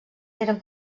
eren